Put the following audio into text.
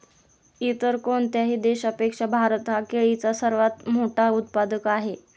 इतर कोणत्याही देशापेक्षा भारत हा केळीचा सर्वात मोठा उत्पादक आहे